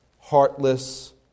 heartless